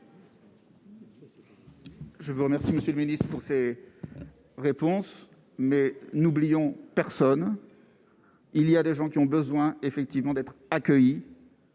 Je vous remercie, Monsieur le Ministre, pour ces réponses, mais n'oublions personne il y a des gens qui ont besoin effectivement d'être accueillis.